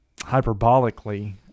hyperbolically